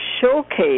showcase